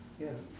ya